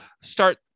start